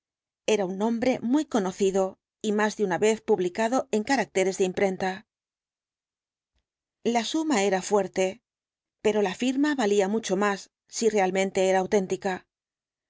era un nombre muy conocido y más de una vez publicado en caracteres de imprenta la suma era fuerte pero la firma valía mucho más si realmente era auténtica